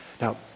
Now